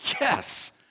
yes